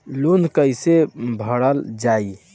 Loan कैसे भरल जाइ?